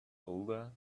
older